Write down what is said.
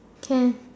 can